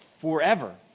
forever